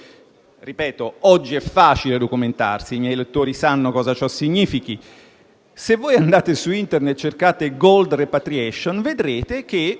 Olanda. Oggi è facile documentarsi e i miei lettori sanno cosa ciò significhi. Pertanto, se voi andate su Internet e cercate *gold* *repatriation*, vedrete che,